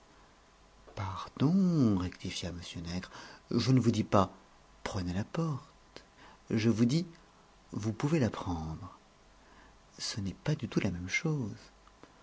pardon rectifia m nègre je ne vous dis pas prenez la porte je vous dis vous pouvez la prendre ce n'est pas du tout la même chose